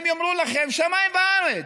הם יאמרו לכם: שמיים וארץ.